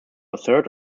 assert